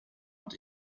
und